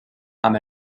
amb